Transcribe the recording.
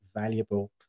valuable